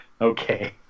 Okay